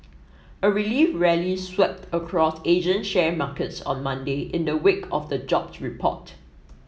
a relief rally swept across Asian share markets on Monday in the wake of the jobs report